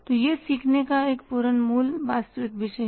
तो यह सीखने का एक पूर्ण मूल वास्तविक विषय है